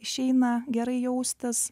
išeina gerai jaustis